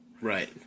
Right